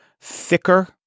thicker